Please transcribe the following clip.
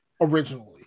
originally